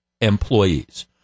employees